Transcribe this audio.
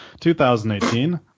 2018